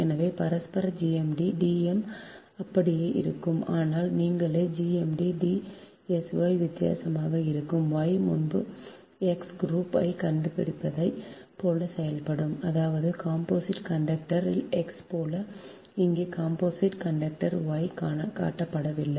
எனவே பரஸ்பர GMD D m அப்படியே இருக்கும் ஆனால் நீங்களே GMD D S Y வித்தியாசமாக இருக்கும் Y முன்பு X குரூப் ஐ கண்டுபிடித்ததை போல செய்யப்படும் அதாவது காம்போசிட் கண்டக்டர் X போல இங்கே காம்போசிட் கண்டக்டர் Y காட்டப்படவில்லை